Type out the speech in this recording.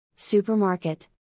Supermarket